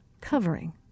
covering